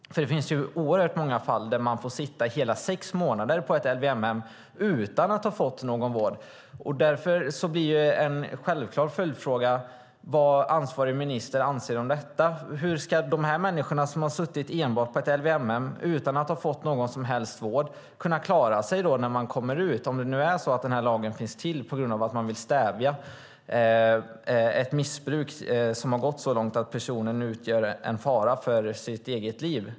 Det finns många fall där man får sitta i hela sex månader på ett LVM-hem utan att ha fått någon vård. De självklara följdfrågorna blir därför: Vad anser ansvarig minister om detta? Hur ska dessa människor som suttit på ett LVM-hem utan att ha fått någon som helst vård kunna klara sig när de kommer ut, om nu lagen finns till för att stävja ett missbruk som gått så långt att personen utgör en fara för sitt eget liv?